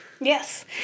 Yes